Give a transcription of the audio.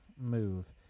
move